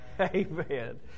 Amen